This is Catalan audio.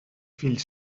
fill